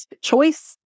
choice